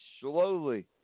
slowly